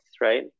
Right